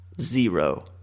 Zero